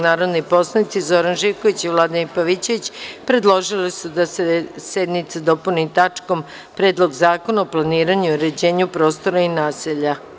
Narodni poslanici Zoran Živković i Vladimir Pavićević predložili su da se sednica dopuni tačkom – Predlog zakona o planiranju i uređenju prostora i naselja.